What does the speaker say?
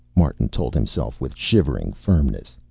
martin told himself with shivering firmness.